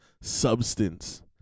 substance